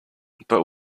but